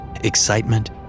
Excitement